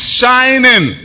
shining